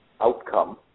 outcome